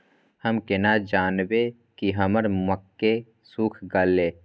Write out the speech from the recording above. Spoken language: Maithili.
हम केना जानबे की हमर मक्के सुख गले?